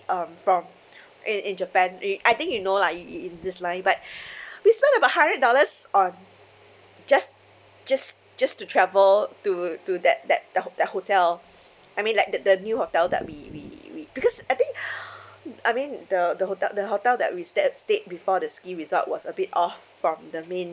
um from in in japan I mean I think you know lah you in in this line but we spent about hundred dollars on just just just to travel to to that that that hotel hotel I mean like the the new hotel that we we we because I think I mean the the hotel the hotel that we stayed at stayed before the ski resort was a bit off from the main